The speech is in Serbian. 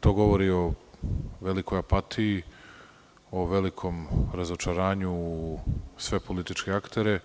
To govori o velikoj apatiji, o velikom razočaranju u sve političke aktere